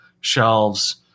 shelves